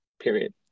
Period